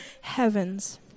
heavens